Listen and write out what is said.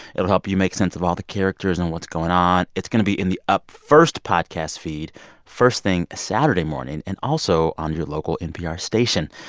it'll help you make sense of all the characters and what's going on. it's going to be in the up first podcast feed first thing saturday morning and also on your local npr station.